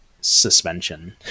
suspension